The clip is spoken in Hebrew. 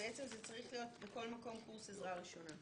זה צריך להיות בכל מקום קורס עזרה ראשונה.